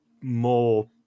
more